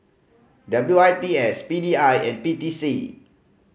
W I T S P D I and P T C